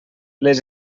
les